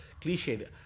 cliched